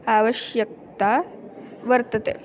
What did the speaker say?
आवश्यकता वर्तते